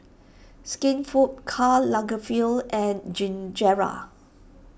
Skinfood Karl Lagerfeld and